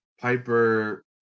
Piper